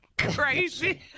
Crazy